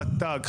רת"ג,